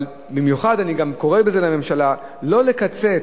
אבל במיוחד אני קורא לממשלה לא לקצץ,